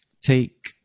take